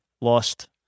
lost